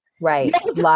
Right